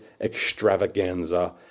Extravaganza